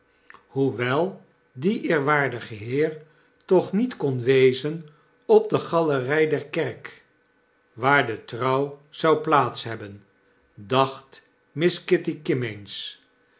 hoewel die eerwaardige heer toch niet kon wezen op de galery der kerk waarin de trouw zou plaats hebben dacht miss kitty